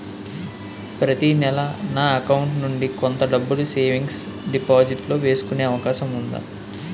ప్రతి నెల నా అకౌంట్ నుండి కొంత డబ్బులు సేవింగ్స్ డెపోసిట్ లో వేసుకునే అవకాశం ఉందా?